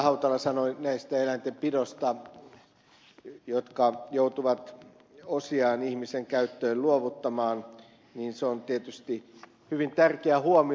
hautala sanoi näiden eläinten pidosta jotka joutuvat osiaan ihmisen käyttöön luovuttamaan on tietysti hyvin tärkeä huomio